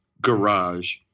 garage